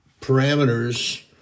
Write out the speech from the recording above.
parameters